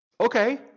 Okay